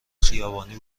خیابانی